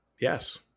Yes